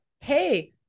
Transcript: hey